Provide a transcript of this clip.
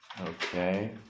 Okay